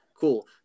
Cool